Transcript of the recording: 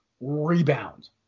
rebound